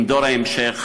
עם דור ההמשך,